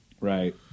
Right